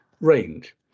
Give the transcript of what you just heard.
range